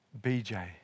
BJ